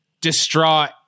distraught